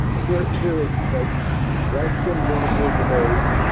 here here is like less than one years of age.